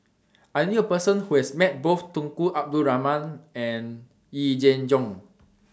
I knew A Person Who has Met Both Tunku Abdul Rahman and Yee Jenn Jong